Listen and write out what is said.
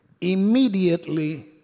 immediately